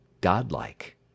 godlike